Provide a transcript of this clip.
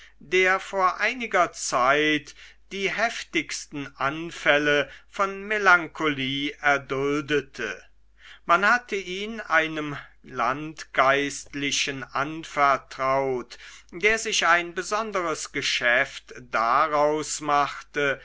der vor einiger zeit die heftigsten anfälle von melancholie erduldete man hatte ihn einem landgeistlichen anvertraut der sich ein besonders geschäft daraus machte